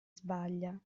sbaglia